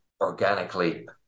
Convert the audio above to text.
organically